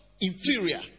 inferior